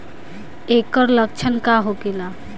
ऐकर लक्षण का होखेला?